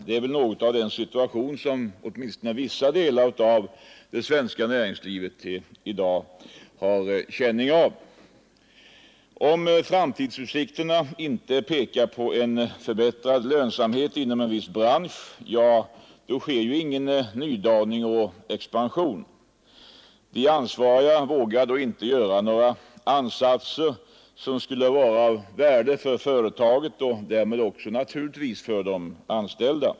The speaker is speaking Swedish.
Det är väl något av en sådan situation som i varje fall vissa delar av det svenska näringslivet i dag har känning av. Om framtidsutsikterna inte pekar på en förbättrad lönsamhet inom en viss bransch, ja, då sker ingen nydaning och expansion. De ansvariga vågar inte göra några ansatser som skulle vara av värde för företaget och därmed naturligtvis också för de anställda.